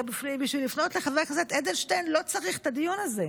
הרי בשביל לפנות לחבר הכנסת אדלשטיין לא צריך את הדיון הזה?